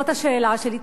וזאת השאלה שלי,